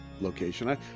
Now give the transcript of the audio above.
location